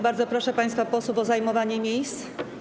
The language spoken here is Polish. Bardzo proszę państwa posłów o zajmowanie miejsc.